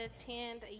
attend